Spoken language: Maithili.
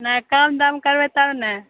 नहि कम दाम करबै तब ने